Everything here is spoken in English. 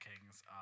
Kings